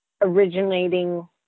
originating